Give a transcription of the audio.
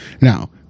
Now